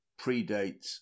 predates